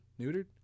neutered